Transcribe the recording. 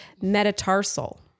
metatarsal